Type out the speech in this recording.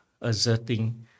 asserting